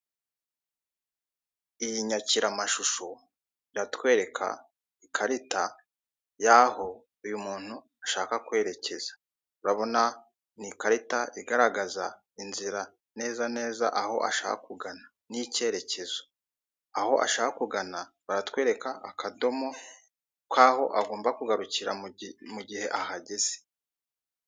Iyi nyakira mashusho iratwereka ikarita yaho uy'umuntu ashaka kwerekeza, urabona ni ikarita igaragaza inzira neza neza aho ashaka kugana n'icyerekezo, aho ashaka kugana baratwereka akadomo kaho agomba kugarukiramugihe ahageze.